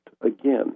again